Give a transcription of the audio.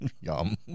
Yum